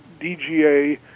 DGA